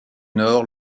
nord